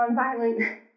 nonviolent